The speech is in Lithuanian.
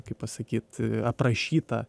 kaip pasakyt aprašytą